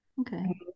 okay